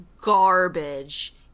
garbage